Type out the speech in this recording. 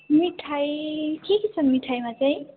मिठाई के के छ मिठाईमा चाहिँ